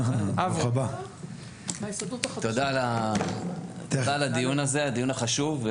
תודה על הדיון החשוב.